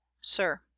sir